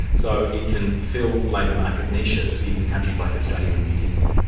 so it can fill labour market niches in countries like australia and new zealand.